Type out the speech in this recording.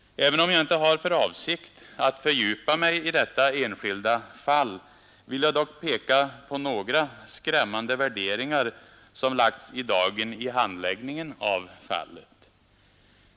Även om jag inte har för avsikt att fördjupa mig i detta enskilda fall vill jag dock peka på några skrämmande värderingar som lagts i dagen vid handläggningen av fallet.